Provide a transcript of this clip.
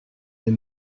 est